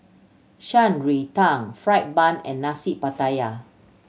Shan Rui Tang fried bun and Nasi Pattaya